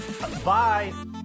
Bye